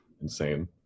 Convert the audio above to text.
insane